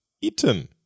eaten